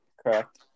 correct